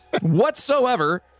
whatsoever